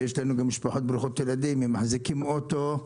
ויש לנו גם משפחות ברוכות ילדים, הם מחזיקים אוטו,